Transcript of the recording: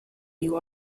you